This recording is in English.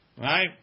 Right